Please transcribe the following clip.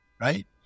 right